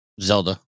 Zelda